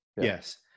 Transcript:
yes